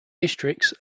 districts